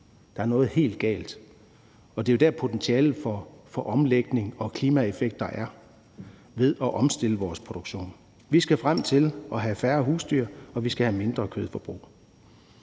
Der er noget helt galt. Det er jo der, potentialet for omlægning og klimaeffekt er, altså ved at omstille vores produktion. Vi skal frem til at have færre husdyr, og vi skal have mindre kød